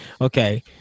okay